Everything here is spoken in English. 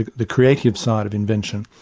ah the creative side of invention,